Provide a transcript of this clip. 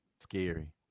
scary